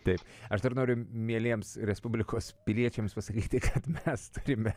taip aš dar noriu mieliems respublikos piliečiams pasakyti kad mes turime